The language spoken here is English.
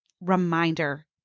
reminder